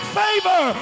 favor